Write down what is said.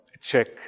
check